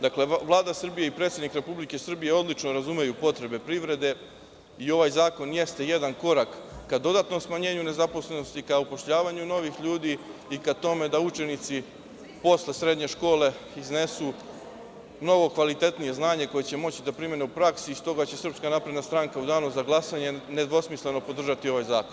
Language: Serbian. Dakle, Vlada Srbije i predsednik Republike Srbije odlično razumeju potrebe privrede i ovaj zakon jeste jedan korak ka dodatnom smanjenju nezaposlenosti, ka upošljavanju novih ljudi, ka tome da učenici posle srednje škole iznesu mnogo kvalitetnije znanje koje će moći da primene u praksi i s toga će SNS u Danu za glasanje nedvosmisleno podržati ovaj zakon.